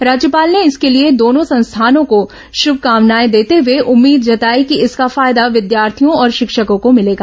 राज्यपाल ने इसके लिए दोनों संस्थाओं को श्रभकामनाएं देते हए उम्मीद जताई कि इसका फायदा विद्यार्थियों और शिक्षकों को मिलेगा